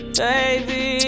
baby